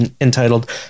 entitled